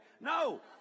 No